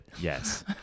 Yes